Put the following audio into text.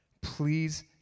Please